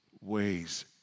ways